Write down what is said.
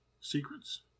secrets